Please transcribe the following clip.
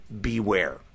beware